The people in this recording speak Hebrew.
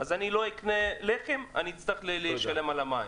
אז הם לא יקנו לחם ויצטרכו לשלם עבור המים.